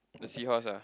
the seahorse ah